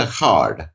hard